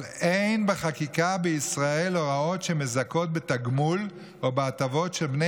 אבל אין בחקיקה בישראל הוראות שמזכות בתגמול או בהטבות בני